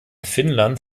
finnland